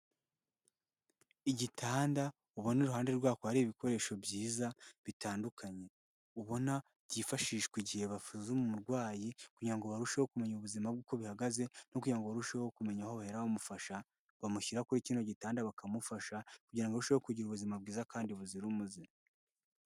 Igitanda ubona iruhande rwako hari ibikoresho byiza bitandukanye, ubona byifashishwa igihe basuzuma umurwayi kugira ngo barusheho kumenya ubuzima bwe uko bihagaze no kugira ngo barusheho kumenya aho bahera bamufasha, bamushyira kuri kino gitanda bakamufasha kugira ngo arusheho kugira ubuzima bwiza kandi buzira umuze.